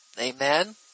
Amen